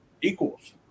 equals